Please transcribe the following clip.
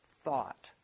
thought